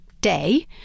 day